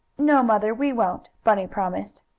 no, mother, we won't! bunny promised.